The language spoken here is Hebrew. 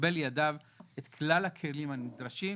שיקבל לידיו את כלל הכלים הנדרשים,